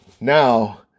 Now